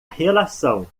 relação